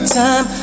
time